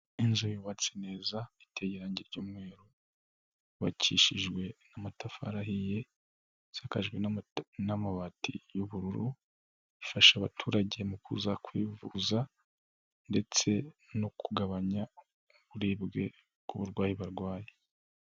Inzu yubatse neza iteye irangi ry'umweru, yubakishijwe n'amatafari ahiye, isakajwe n'amabati y'ubururu, ifasha abaturage mu kuza kwivuza ndetse no kugabanya uburibwe ku burwayi barwaye.